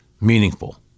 meaningful